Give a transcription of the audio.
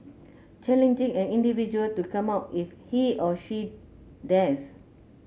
challenging an individual to 'come out' if he or she dares